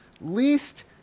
least